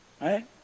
Right